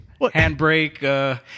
handbrake